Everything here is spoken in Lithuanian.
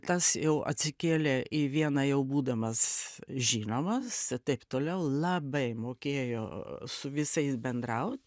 tas jau atsikėlė į vieną jau būdamas žinomas ir taip toliau labai mokėjo su visais bendraut